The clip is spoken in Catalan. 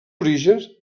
orígens